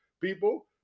people